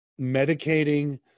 medicating